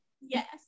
Yes